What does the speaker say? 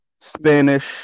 Spanish